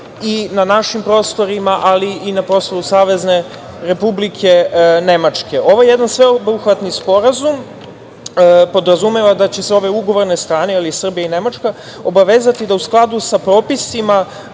i na našim prostorima i na prostoru Savezne Republike Nemačke. Ovo je jedan sveobuhvatni sporazum, podrazumeva da će ove ugovorne strane, Srbija i Nemačka, obavezati da u skladu sa propisima,